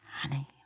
Honey